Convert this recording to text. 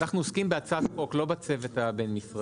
אנחנו עוסקים בהצעת חוק, לא בצוות הבין-משרדי.